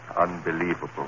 Unbelievable